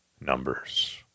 Numbers